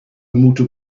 moeten